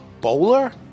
bowler